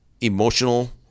emotional